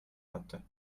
hatte